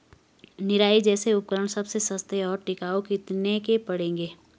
निराई जैसे उपकरण सबसे सस्ते और टिकाऊ कितने के पड़ेंगे?